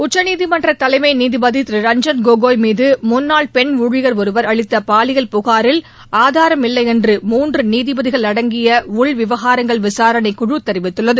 உச்சநீதிமன்ற தலைமை நீதிபதி திரு ரஞ்ஜன் கோகோய் மீது முன்னாள் பெண் ஊழியர் ஒருவர் அளித்த பாலியல் புகாரில் ஆதாரம் இல்லை என்று மூன்று நீதிபதிகள் அடங்கிய உள்விவகாரங்கள் விசாரணைக்குழு தெரிவித்துள்ளது